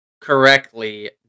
correctly